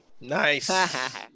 Nice